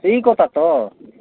ସେଇ କଥା ତ